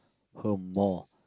her more